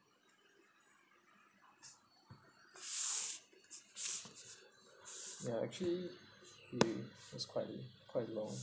ya actually we was quite quite long